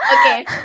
Okay